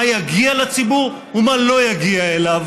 מה יגיע לציבור ומה לא יגיע אליו.